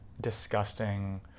disgusting